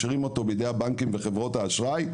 משאירים אותו בידי הבנקים וחברות האשראי,